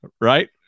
Right